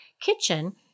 kitchen